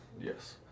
Yes